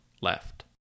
left